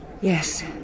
Yes